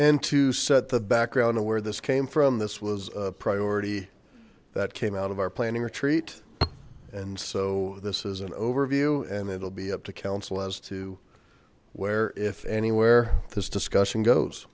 and to set the background where this came from this was a priority that came out of our planning retreat and so this is an overview and it'll be up to council as to where if anywhere this discussion goes